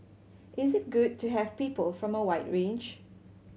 is it good to have people from a wide range